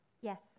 Yes